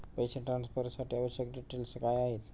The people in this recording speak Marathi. पैसे ट्रान्सफरसाठी आवश्यक डिटेल्स काय आहेत?